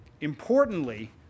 importantly